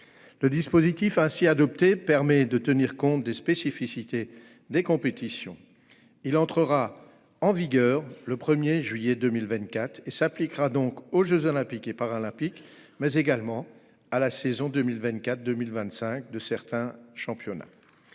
Le dispositif adopté tient compte des spécificités des compétitions. Il entrera en vigueur le 1 juillet 2024 et s'appliquera donc aux jeux Olympiques et Paralympiques, mais également à la saison 2024-2025 de certains championnats.